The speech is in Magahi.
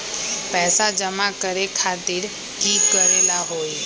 पैसा जमा करे खातीर की करेला होई?